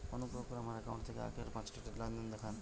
অনুগ্রহ করে আমার অ্যাকাউন্ট থেকে আগের পাঁচটি লেনদেন দেখান